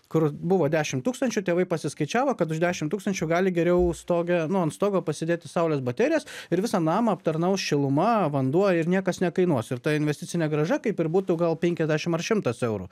kur buvo dešimt tūkstančių tėvai pasiskaičiavo kad už dešimt tūkstančių gali geriau stoge nu ant stogo pasidėti saulės baterijas ir visą namą aptarnaus šiluma vanduo ir niekas nekainuos ir ta investicinė grąža kaip ir būtų gal penkiasdešimt ar šimtas eurų